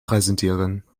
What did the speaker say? präsentieren